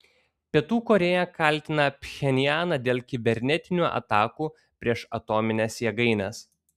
pietų korėja kaltina pchenjaną dėl kibernetinių atakų prieš atomines jėgaines